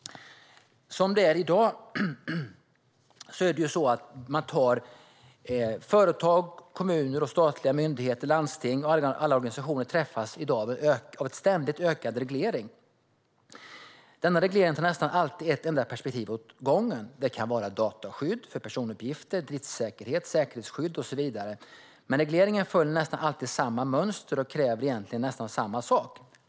I dag träffas företag, kommuner, statliga myndigheter, landsting och alla organisationer av en ständigt ökad reglering. Denna reglering inriktas nästan alltid på ett perspektiv åt gången. Det kan vara dataskydd för personuppgifter, driftssäkerhet, säkerhetsskydd och så vidare, men regleringen följer nästan alltid samma mönster och kräver nästan samma sak.